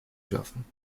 schaffen